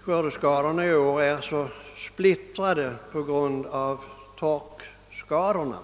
skördeskadorna i år är så splittrade på grund av torkskadorna.